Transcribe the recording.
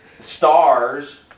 stars